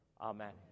Amen